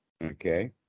okay